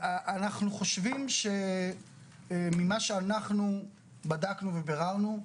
אנחנו חושבים ממה שאנחנו בדקנו וביררנו,